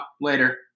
later